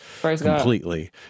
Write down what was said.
completely